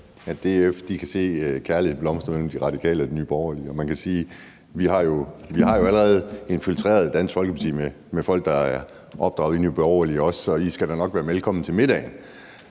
at DF kan se kærligheden blomstre mellem De Radikale og Nye Borgerlige, og man kan sige, at vi jo allerede har infiltreret Dansk Folkeparti med folk, der er opdraget i Nye Borgerlige også, så I skal da nok være velkomne til middagen.